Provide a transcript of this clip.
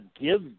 give